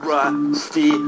Rusty